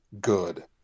good